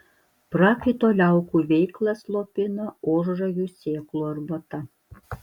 prakaito liaukų veiklą slopina ožragių sėklų arbata